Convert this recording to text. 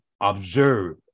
observe